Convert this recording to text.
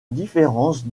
différence